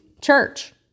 church